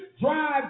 drive